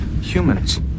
humans